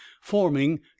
forming